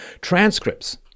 transcripts